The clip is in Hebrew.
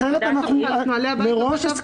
לא,